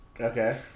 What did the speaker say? Okay